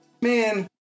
Man